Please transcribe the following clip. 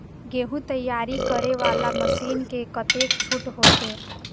गेहूं तैयारी करे वाला मशीन में कतेक छूट होते?